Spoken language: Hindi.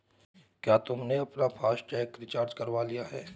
क्या तुमने अपना फास्ट टैग रिचार्ज करवा लिया है?